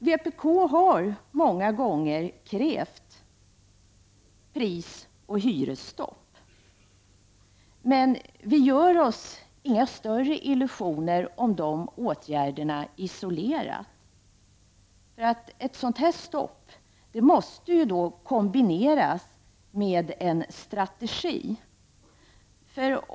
Vpk har många gånger krävt prisoch hyresstopp, men vi gör oss inga större illusioner om de åtgärderna som isolerad företeelse. Ett sådant här stopp måste kombineras med en strategi.